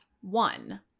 one